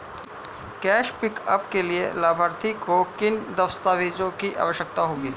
Cash pickup के लिए लाभार्थी को किन दस्तावेजों की आवश्यकता होगी?